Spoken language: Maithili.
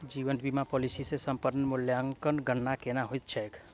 जीवन बीमा पॉलिसी मे समर्पण मूल्यक गणना केना होइत छैक?